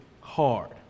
hard